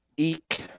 Eek